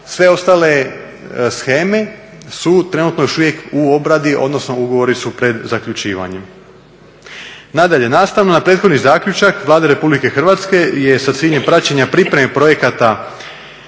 Sve ostale sheme su trenutno još uvijek u obradi, odnosno ugovori su pred zaključivanjem. Nadalje, nastavno na prethodni zaključak Vlade Republike Hrvatske je sa ciljem praćenja pripreme projekata